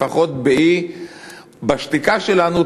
לפחות בשתיקה שלנו,